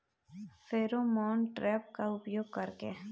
Pheromone trap का उपयोग कर के?